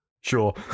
Sure